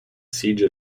siege